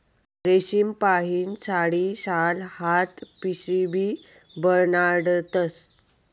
रेशीमपाहीन साडी, शाल, हात पिशीबी बनाडतस